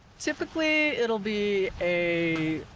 typically it'll be a,